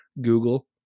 google